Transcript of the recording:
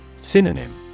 Synonym